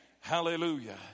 Hallelujah